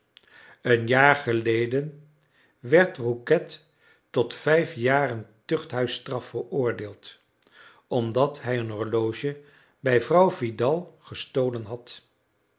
een jaar geleden werd rouquette tot vijf jaren tuchthuisstraf veroordeeld omdat hij een horloge bij vrouw vidal gestolen had